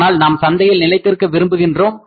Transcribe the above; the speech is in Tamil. ஆனால் நாம் சந்தையில் நிலைத்திருக்க விரும்புகின்றோம்